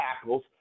tackles